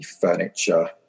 furniture